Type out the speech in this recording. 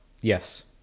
Yes